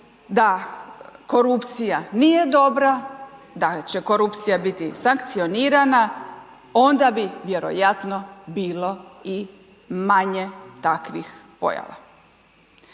da korupcija nije dobra, da će korupcija biti sankcionirana, onda bi vjerojatno bilo i manje takvih pojava.